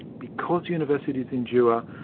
because universities endure,